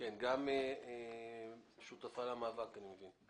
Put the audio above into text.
גם שותפה למאבק, אני מבין.